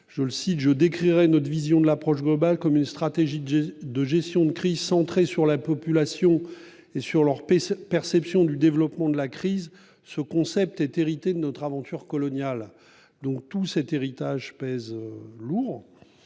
Lecointre :« Je décrirai notre vision de l'approche globale comme une stratégie de gestion de crise centrée sur la population et sur sa perception du développement de la crise. Ce concept est hérité de notre aventure coloniale. »